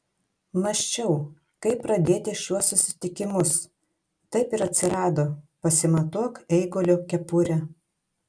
mąsčiau kaip pradėti šiuos susitikimus taip ir atsirado pasimatuok eigulio kepurę